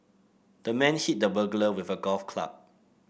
the man hit the burglar with a golf club